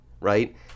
right